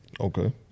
Okay